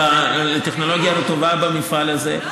לטכנולוגיה הרטובה במפעל הזה.